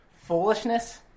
foolishness